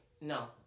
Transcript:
No